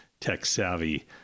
tech-savvy